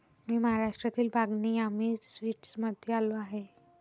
मी महाराष्ट्रातील बागनी यामी स्वीट्समध्ये आलो आहे